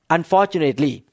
Unfortunately